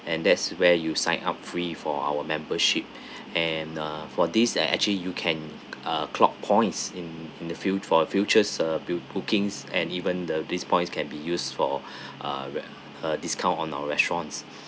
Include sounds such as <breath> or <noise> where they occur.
and that's where you sign up free for our membership <breath> and uh for this uh actually you can uh clock points in in the fu~ for futures uh bill bookings and even the these points can be used for <breath> uh uh discount on our restaurants